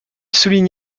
souligne